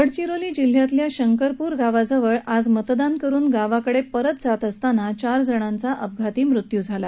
गडचिरोली जिल्ह्यातल्या शंकरपूर गावाजवळ आज मतदान करुन गावाकडे परत जात असताना चार जणांचा अपघातात मृत्यू झाला